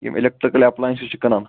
یِم electrical appliances چھِ کٕنان